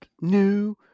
New